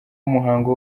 umuhango